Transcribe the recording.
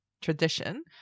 Tradition